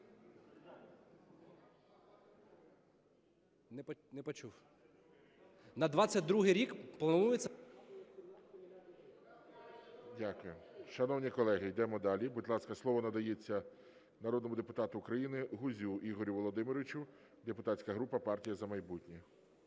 Не почув. На 22-й рік планується... ГОЛОВУЮЧИЙ. Дякую. Шановні колеги, йдемо далі. Будь ласка, слово надається народному депутату України Гузю Ігорю Володимировичу, депутатська група "Партія "За майбутнє".